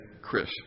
Chris